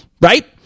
right